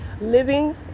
living